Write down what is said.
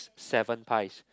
seven pies